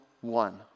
one